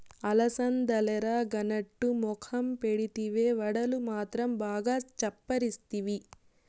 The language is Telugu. అలసందలెరగనట్టు మొఖం పెడితివే, వడలు మాత్రం బాగా చప్పరిస్తివి